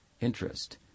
interest